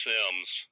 Sims